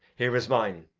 here is mine.